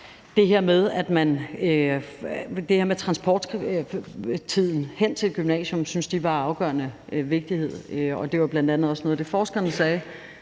det her med transporttiden hen til gymnasiet syntes de var af afgørende vigtighed. Det var bl.a. også noget af det, forskerne sagde.